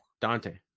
Dante